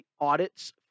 audits